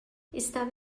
estava